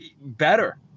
better